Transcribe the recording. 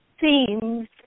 themes